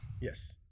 Yes